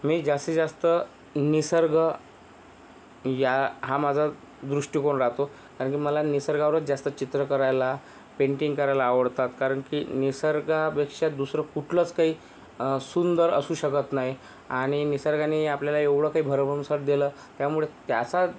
मी जास्तीस जास्त निसर्ग या हा माझा दृष्टिकोन राहतो आणखी मला निसर्गावरच जास्त चित्र करायला पेंटिंग करायला आवडतात कारण की निसर्गापेक्षा दुसरं कुठलंच काही सुंदर असू शकत नाही आणि निसर्गानी आपल्याला एवढं काही भरभौंसाट दिलं त्यामुळे त्याचा